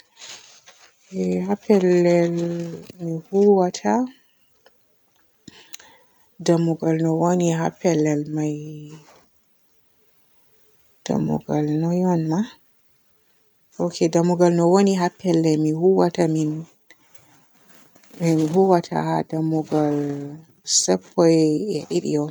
Haa pellel mi huuwata dammugal no wooni haa pellel may dammugal noy on ma? Ok dammugal no wooni haa pellel mi huuwata min huuwata haa dammugal sappo e didi on.